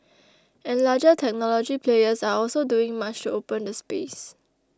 and larger technology players are also doing much to open the space